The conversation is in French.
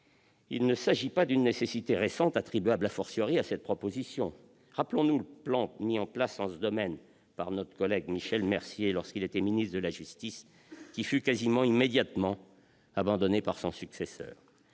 il ne s'agit pas d'une nécessité récente attribuable à cette proposition. Rappelons-nous le plan mis en place en ce domaine par notre collègue Michel Mercier lorsqu'il était ministre de la justice, qui fut quasiment immédiatement abandonné par son successeur.